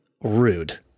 Rude